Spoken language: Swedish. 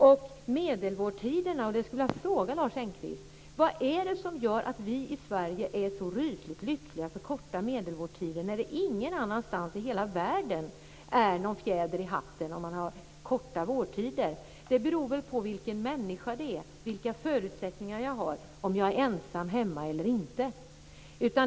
När det gäller medelvårdtiderna skulle jag vilja fråga Lars Engqvist: Vad är det som gör att vi i Sverige är så rysligt lyckliga över korta medelvårdtider, när det ingen annanstans i hela världen är någon fjäder i hatten att ha korta vårdtider? Det beror väl på vilken människa det är fråga om, vilka förutsättningarna är, om vederbörande är ensam hemma eller inte.